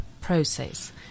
process